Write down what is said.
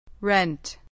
Rent